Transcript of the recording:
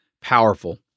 powerful